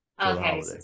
Okay